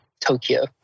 Tokyo